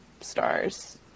stars